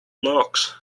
blocks